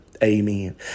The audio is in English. Amen